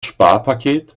sparpaket